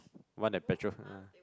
want that patrol